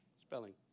Spelling